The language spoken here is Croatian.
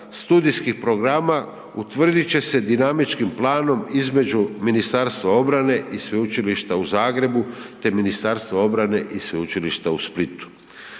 studijskih programa utvrdit će se dinamičkim planom između Ministarstva obrane i Sveučilišta u Zagrebu te Ministarstva obrane i Sveučilišta u Splitu.